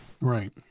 right